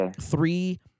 three